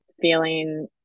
feeling